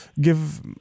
give